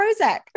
Prozac